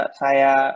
saya